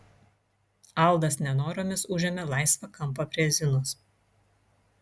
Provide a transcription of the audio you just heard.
aldas nenoromis užėmė laisvą kampą prie zinos